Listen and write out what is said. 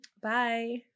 Bye